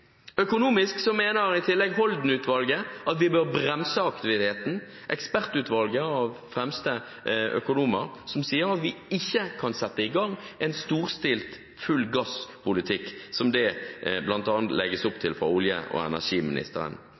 Økonomisk sett mener i tillegg Holden-utvalget at vi bør bremse aktiviteten. Ekspertutvalget av våre fremste økonomer sier at vi ikke kan sette i gang en storstilt gasspolitikk, som det bl.a. legges opp til av olje- og energiministeren.